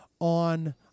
on